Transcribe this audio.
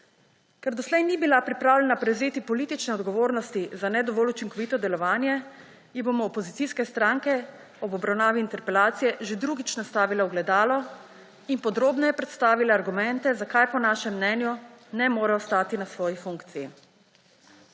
Ker doslej ni bila pripravljena prevzeti politične odgovornosti za ne dovolj učinkovito delovanje, ji bomo opozicijske stranke ob obravnavi interpelacije že drugič nastavile ogledalo in podrobneje predstavile argumente, zakaj po našem mnenju ne more ostati na svoji funkciji.